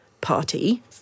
party